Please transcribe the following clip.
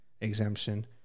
exemption